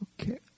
Okay